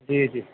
جی جی